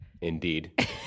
Indeed